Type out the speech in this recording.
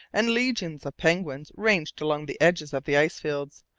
and legions of penguins, ranged along the edges of the ice-fields,